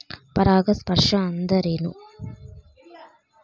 ಪರಾಗಸ್ಪರ್ಶ ಅಂದರೇನು?